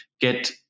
get